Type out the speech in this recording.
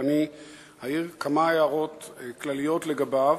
ואני אעיר כמה הערות כלליות לגביו,